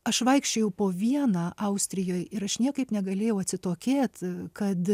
aš vaikščiojau po vieną austrijoj ir aš niekaip negalėjau atsitokėt kad